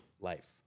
life